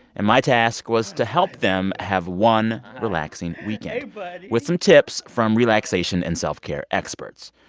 and my task was to help them have one relaxing weekend but with some tips from relaxation and self-care experts.